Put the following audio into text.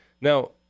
Now